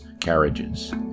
carriages